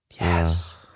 Yes